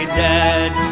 dead